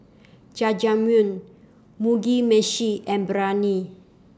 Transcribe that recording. Jajangmyeon Mugi Meshi and Biryani